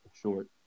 short